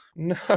No